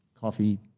coffee